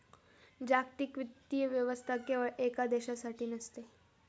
जागतिक वित्तीय व्यवस्था केवळ एका देशासाठी नसते